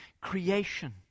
creation